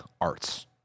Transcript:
Arts